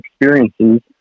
experiences